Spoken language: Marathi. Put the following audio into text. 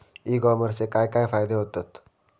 ई कॉमर्सचे काय काय फायदे होतत?